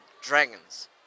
Dragons